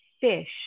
fish